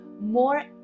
more